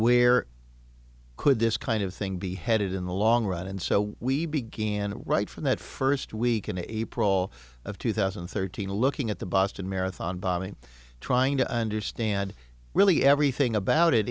where could this kind of thing be headed in the long run and so we began right from that first week in april of two thousand and thirteen looking at the boston marathon bombing trying to understand really everything about it